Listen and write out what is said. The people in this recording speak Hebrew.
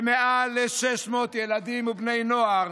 שמעל ל-600 ילדים ובני נוער